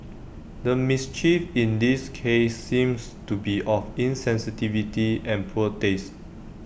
the mischief in this case seems to be of insensitivity and poor taste